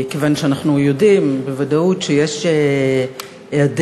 כיוון שאנחנו יודעים בוודאות שיש מחסור